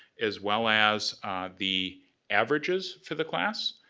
as well as the averages for the class.